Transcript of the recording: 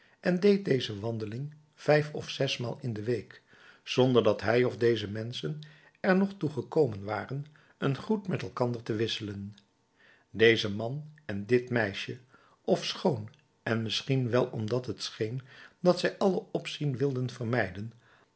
en deed deze wandeling vijf of zesmaal in de week zonder dat hij of deze menschen er nog toe gekomen waren een groet met elkander te wisselen deze man en dit meisje ofschoon en misschien wel omdat het scheen dat zij alle opzien wilden vermijden